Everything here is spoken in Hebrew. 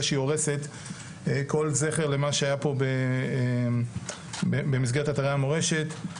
שהיא הורסת כל זכר למה שהיה פה במסגרת אתרי המורשת.